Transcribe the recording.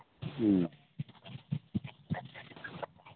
ꯎꯝ